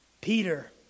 Peter